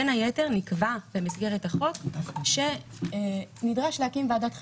בין היתר נקבע במסגרת החוק שנדרש להקים ועדת חריגים.